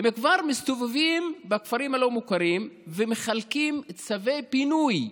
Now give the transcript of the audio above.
הם כבר מסתובבים בכפרים הלא-מוכרים ומחלקים צווי פינוי,